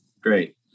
Great